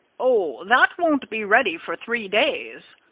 oh! that won't be ready for three days,